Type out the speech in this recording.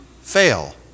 fail